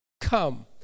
come